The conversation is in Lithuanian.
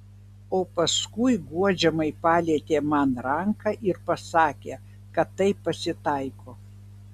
o paskui guodžiamai palietė man ranką ir pasakė kad taip pasitaiko